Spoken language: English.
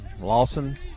Lawson